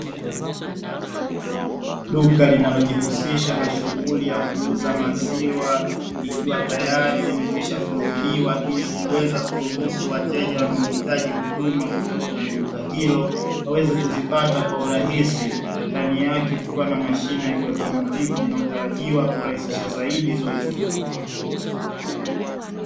Duka linalojihusisha na shughuli ya kuuza maziwa likiwa tayari limekwisha funguliwa, ili kuweza kuruhusu wateja wanaohitaji huduma kutoka kwenye duka hilo, waweze kuzipata kwa urahisi. Ndani yake kukiwa na mashine ya kiautomatiki inayotarajiwa kurahisisha zaidi zoezi hilo.